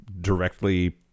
directly